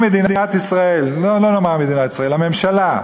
אם מדינת ישראל, לא נאמר מדינת ישראל, הממשלה,